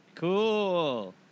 Cool